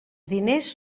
diners